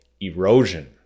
Erosion